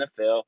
NFL